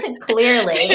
Clearly